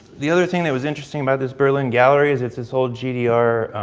the other thing that was interesting about this berlin gallery is it's this old gdr